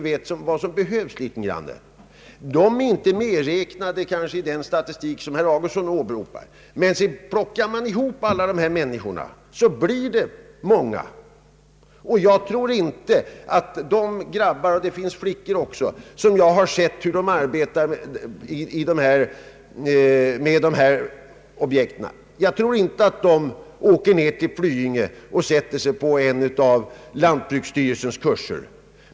Dessa människor är kanske inte medräknade i den statistik som herr Augustsson åberopar, men räknar man också dem så blir det många. Jag tror inte att de grabbar — det finns också flickor — som arbetar med dessa objekt åker ned till Flyinge och sätter sig på en av lantbruksstyrelsens kurser.